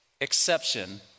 exception